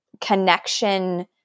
connection